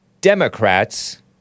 Democrats